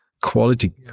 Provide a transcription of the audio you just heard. quality